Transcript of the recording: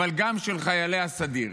אבל גם של חיילי הסדיר,